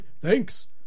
thanks